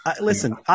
Listen